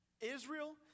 Israel